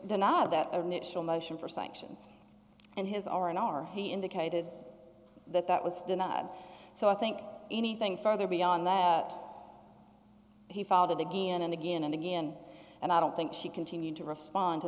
not that initial motion for sanctions and his r n r he indicated that that was denied so i think anything further beyond that he fathered again and again and again and i don't think she continued to respond to